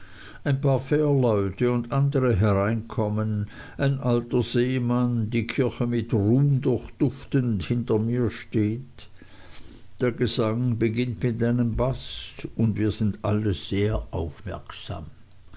ein paar fährleute und andere hereinkommen ein alter seemann die kirche mit rum durchduftend hinter mir steht der gesang beginnt mit einem baß und wir alle sind sehr aufmerksam